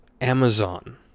Amazon